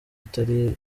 itari